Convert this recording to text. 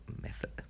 Method